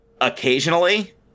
occasionally